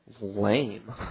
lame